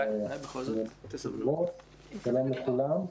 שלום לכולם.